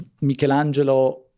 Michelangelo